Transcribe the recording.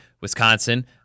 Wisconsin